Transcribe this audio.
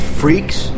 freaks